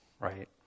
right